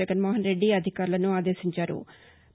జగన్మోహన్ రెడ్డి అధికారులను ఆదేశించారు